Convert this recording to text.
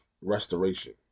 restoration